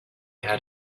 had